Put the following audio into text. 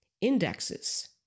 indexes